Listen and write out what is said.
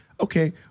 okay